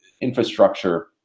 infrastructure